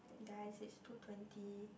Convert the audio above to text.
guys is two twenty